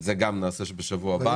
גם את זה נעשה בשבוע הבא.